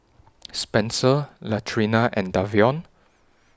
Spenser Latrina and Davion